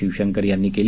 शिवशंकर यांनी केली